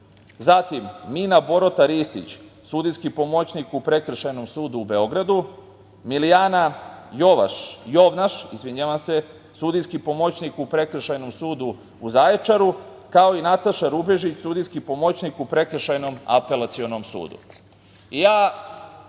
Mina Borota Ristić, sudijski pomoćnik u Prekršajnom sudu u Beogradu, Milijana Jovnaš, sudijski pomoćniku Prekršajnom sudu u Zaječaru, kao i Nataša Rubežić, sudijski pomoćnik u Prekršajnom apelacionom sudu. Ja